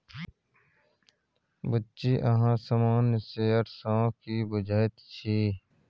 बुच्ची अहाँ सामान्य शेयर सँ की बुझैत छी?